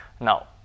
Now